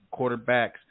quarterbacks